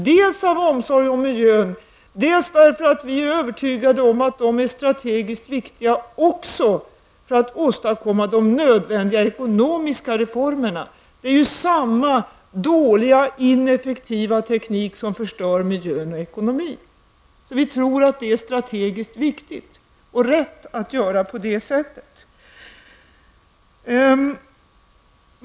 Dels av omsorg om miljön, dels därför att vi är övertygade om att de är strategiskt viktiga också för att åstadkomma de nödvändiga ekonomiska reformerna. Det är samma dåliga ineffektiva teknik som förstör miljön och ekonomin. Vi tror att det är strategiskt viktigt och rätt att göra så.